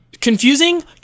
Confusing